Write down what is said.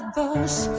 bass